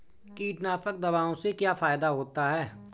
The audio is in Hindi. कीटनाशक दवाओं से क्या फायदा होता है?